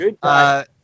Good